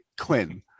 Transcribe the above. Quinn